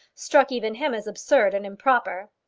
struck even him as absurd and improper.